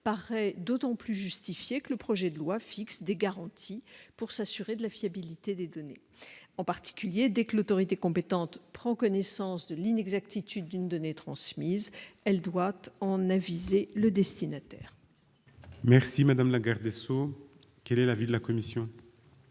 paraît d'autant plus justifié que le projet de loi fixe des garanties pour s'assurer de la fiabilité des délais. En particulier, dès que l'autorité compétente prend connaissance de l'inexactitude d'une donnée transmise, elle doit en aviser le destinataire. Quel est l'avis de la commission ?